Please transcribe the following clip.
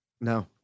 No